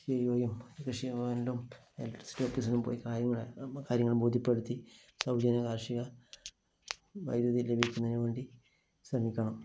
കൃഷി ചെയ്യുകയും കൃഷി ഭവനിലും ഇലക്ട്രിസിറ്റി ഓഫീസിലും പോയി കാര്യങ്ങള് കാര്യങ്ങള് ബോധ്യപ്പെടുത്തി സൌജന്യ കാര്ഷിക വൈദ്യുതി ലഭിക്കുന്നതിന് വേണ്ടി ശ്രമിക്കണം